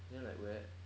then like wet